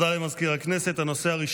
הודעה למזכיר הכנסת, בבקשה.